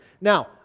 Now